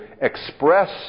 express